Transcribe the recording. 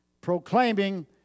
proclaiming